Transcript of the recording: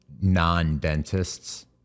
non-dentists